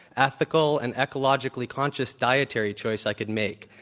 ethical, and ecologically conscious dietary choice i could make.